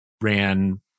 Ran